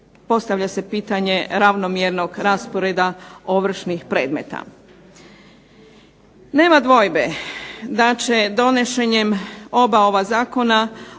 postavlja se pitanje ravnomjernog rasporeda ovršnih predmeta. Nema dvojbe da će donošenjem oba ova zakona